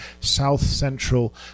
south-central